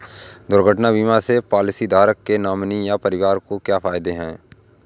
दुर्घटना बीमा से पॉलिसीधारक के नॉमिनी या परिवार को क्या फायदे हैं?